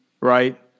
right